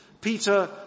Peter